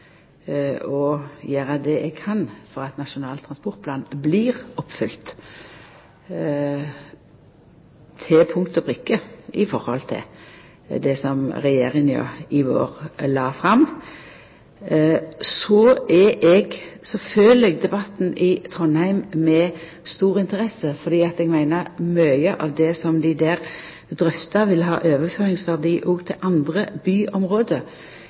gjera det eg kan for at han blir oppfylt til punkt og prikke ut frå det som Regjeringa la fram i vår. Eg følgjer debatten i Trondheim med stor interesse, for eg meiner mykje av det som dei der drøftar, vil ha overføringsverdi til andre byområde.